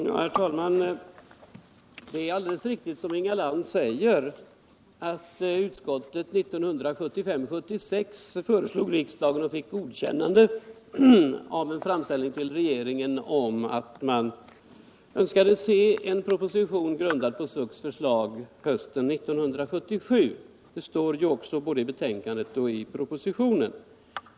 Herr talman! Det är alldeles riktigt som Inga Lantz säger att utskottet 1975/76 hemställde att riksdagen skulle göra framställning till regeringen om en proposition hösten 1977 grundad på SVUX förslag, en hemställan som bifölls. Det står också både i betänkandet och i propositionen.